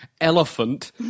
elephant